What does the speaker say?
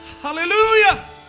Hallelujah